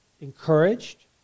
encouraged